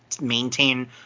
maintain